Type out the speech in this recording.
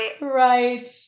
right